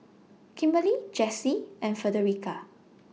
Kimberli Jessye and Frederica